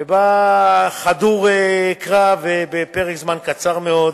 שבא חדור קרב ובפרק זמן קצר מאוד